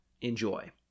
enjoy